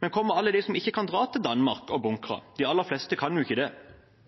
Men hva med alle de som ikke kan dra til Danmark og bunkre? De aller fleste kan jo ikke det.